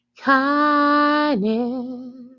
kindness